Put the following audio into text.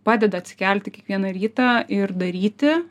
padeda atsikelti kiekvieną rytą ir daryti